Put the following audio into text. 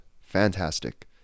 fantastic